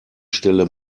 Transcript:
stelle